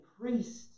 priest